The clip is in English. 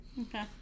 Okay